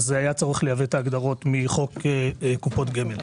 היה צורך לייבא את ההגדרות מחוק קופות גמל.